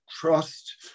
trust